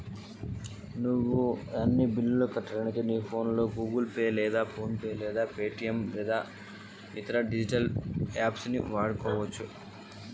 నేను బిల్లులను కట్టడానికి నా ఫోన్ లో ఎటువంటి యాప్ లను ఉపయోగించాలే?